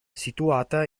situata